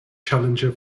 challenger